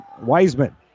Wiseman